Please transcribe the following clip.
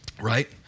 right